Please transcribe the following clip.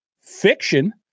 fiction